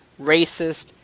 racist